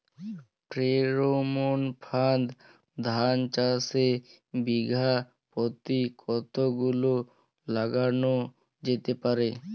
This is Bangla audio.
ফ্রেরোমন ফাঁদ ধান চাষে বিঘা পতি কতগুলো লাগানো যেতে পারে?